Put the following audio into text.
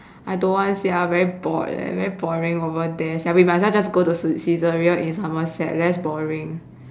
I don't want sia very bored leh very boring over there sia we might as well go to Saizeriya in somerset less boring